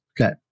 Okay